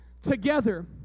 together